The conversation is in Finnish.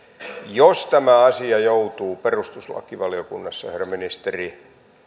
jos tämä asia joutuu perustuslakivaliokunnassa herra ministeri